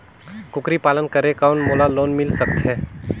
कूकरी पालन करे कौन मोला लोन मिल सकथे?